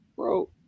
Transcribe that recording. Bro